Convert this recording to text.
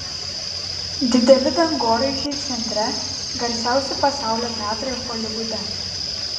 dideli dangoraižiai centre garsiausi pasaulio teatrai holivude